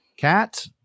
Cat